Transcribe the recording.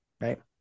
right